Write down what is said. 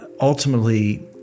ultimately